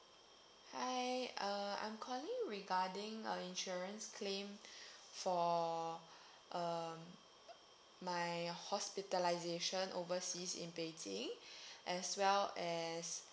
hi uh I'm calling regarding a insurance claim for um my hospitalisation overseas in beijing as well as